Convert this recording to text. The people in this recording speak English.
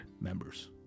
members